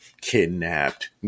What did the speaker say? kidnapped